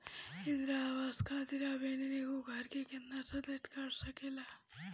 इंदिरा आवास खातिर आवेदन एगो घर के केतना सदस्य कर सकेला?